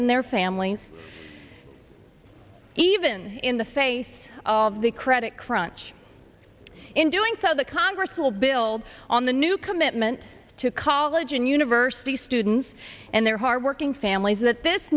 and their families even in the face of the credit crunch in doing so the congress will build on the new commitment to college and university students and their hard working families that this